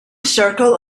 circle